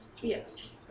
Yes